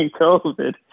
COVID